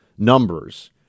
numbers